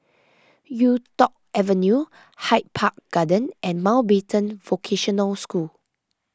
Yuk Tong Avenue Hyde Park Garden and Mountbatten Vocational School